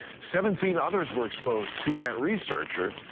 seventeen others were exposed to that researcher,